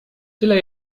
tyle